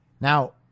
Now